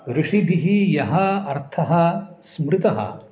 ऋषिभिः यः अर्थः स्मृतः